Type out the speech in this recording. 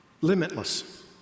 limitless